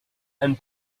and